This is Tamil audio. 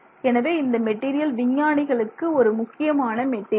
எனவே இந்த மெட்டீரியல் விஞ்ஞானிகளுக்கு ஒரு முக்கியமான மெட்டீரியல்